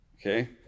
okay